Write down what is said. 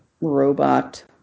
robot